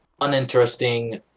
uninteresting